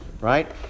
right